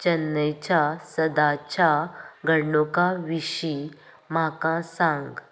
चेन्नयच्या सदाच्या घडणुका विशीं म्हाका सांग